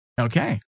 Okay